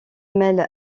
mêle